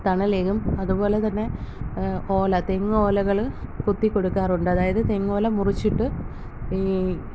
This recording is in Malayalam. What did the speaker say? തണലേകും അതുപോലെ തന്നെ ഓല തെങ്ങോലകൾ കുത്തി കൊടുക്കാറുണ്ട് അതായത് തെങ്ങോല മുറിച്ചിട്ട് ഈ